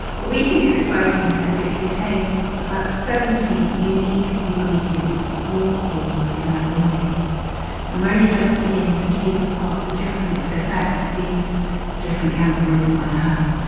we think it's exciting because it contains about seventy unique ingredients all called cannabinoids and we're only just beginning to tease apart the different effects these different cannabinoids might have.